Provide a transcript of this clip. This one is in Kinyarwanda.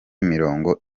mirongo